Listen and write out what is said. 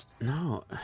No